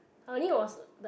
I only was like